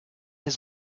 his